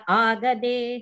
agade